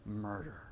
murder